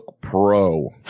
Pro